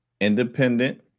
independent